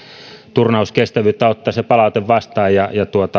turnauskestävyyttä ottaa se palaute vastaan ja